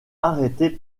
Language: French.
arrêtés